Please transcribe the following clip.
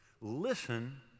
listen